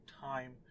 time